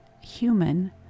human